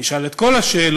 נשאל את כל השאלות,